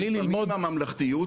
בלי ללמוד --- לפעמים הממלכתיות,